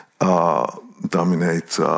dominate